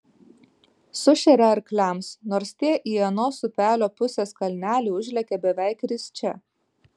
sušeria arkliams nors tie į anos upelio pusės kalnelį užlekia beveik risčia